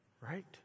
Right